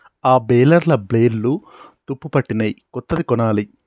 ఆ బేలర్ల బ్లేడ్లు తుప్పుపట్టినయ్, కొత్తది కొనాలి